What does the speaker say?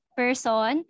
person